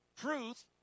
Truth